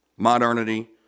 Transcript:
Modernity